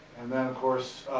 and then of course